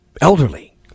elderly